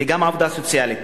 וגם בעבודה סוציאלית.